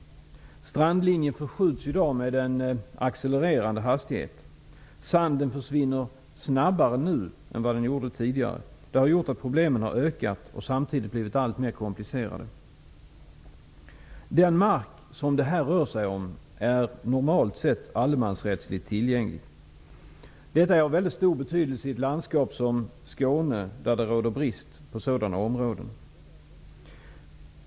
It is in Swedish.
Strandlinjen förskjuts med en accelererande hastighet. Sanden försvinner snabbare nu än tidigare. Det har gjort att problemen har ökat och samtidigt blivit alltmer komplicerade. Den mark som det här rör sig om är normalt sett allemansrättsligt tillgänglig. Detta är av stor betydelse i ett landskap som Skåne, där det råder brist på sådana områden.